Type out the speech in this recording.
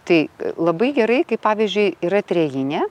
tai labai gerai kai pavyzdžiui yra trejinė